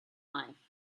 life